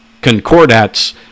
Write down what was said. concordats